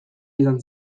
izan